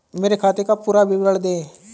मेरे खाते का पुरा विवरण दे?